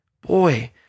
Boy